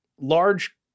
large